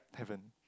haven't